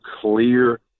clear